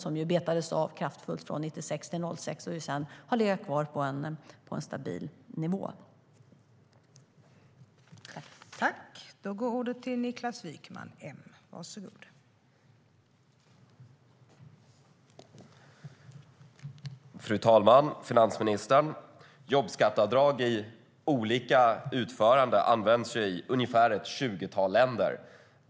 Den betades av kraftigt från 1996 till 2006 men har sedan legat kvar på en stabil nivå.